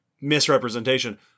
misrepresentation